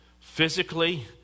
physically